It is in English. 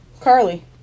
Carly